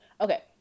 okay